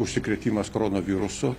užsikrėtimas koronavirusu